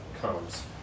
comes